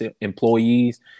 employees